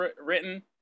written